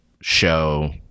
show